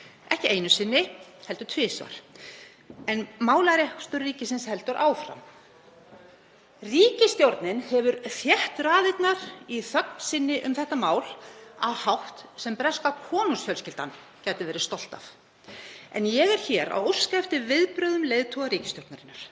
ekki einu sinni heldur tvisvar. En málarekstur ríkisins heldur áfram. Ríkisstjórnin hefur þétt raðirnar í þögn sinni um þetta mál á hátt sem breska konungsfjölskyldan gæti verið stolt af, en ég óska hér eftir viðbrögðum leiðtoga ríkisstjórnarinnar.